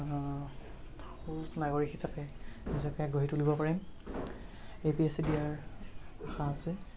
সু নাগৰিক হিচাপে নিজকে গঢ়ি তুলিব পাৰিম এ পি এছ ই দিয়াৰ আশা আছে